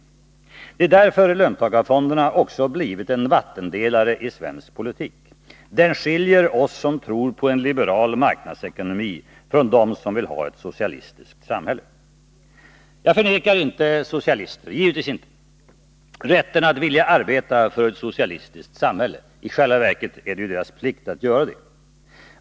Det är därför löntagarfonderna har blivit en vattendelare i svensk politik. Den skiljer oss som tror på en liberal marknadsekonomi från dem som vill ha ett socialistiskt samhälle. Jag förvägrar inte socialister rätten att vilja arbeta för ett socialistiskt samhälle. I själva verket är det deras plikt att göra det.